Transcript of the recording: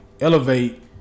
elevate